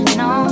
no